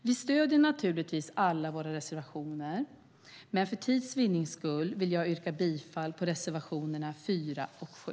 Vi stödjer naturligtvis alla våra reservationer, men för tids vinnande yrkar jag bifall på reservationerna 4 och 7.